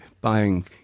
buying